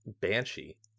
Banshee